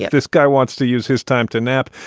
yeah this guy wants to use his time to nap.